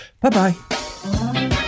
Bye-bye